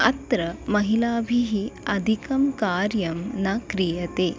अत्र महिलाभिः अधिकं कार्यं न क्रियते